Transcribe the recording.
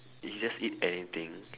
you just eat anything